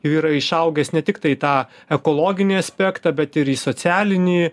jau yra išaugęs ne tiktai į tą ekologinį aspektą bet ir į socialinį